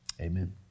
Amen